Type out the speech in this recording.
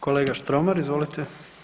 Kolega Štromar, izvolite.